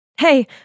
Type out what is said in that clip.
Hey